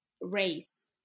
race